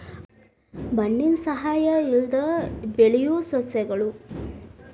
ಮಣ್ಣಿನ ಸಹಾಯಾ ಇಲ್ಲದ ಬೆಳಿಯು ಸಸ್ಯಗಳು